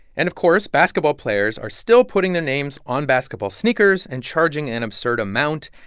and of course, basketball players are still putting their names on basketball sneakers and charging an absurd amount.